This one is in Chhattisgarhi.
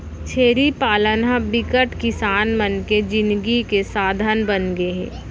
छेरी पालन ह बिकट किसान मन के जिनगी के साधन बनगे हे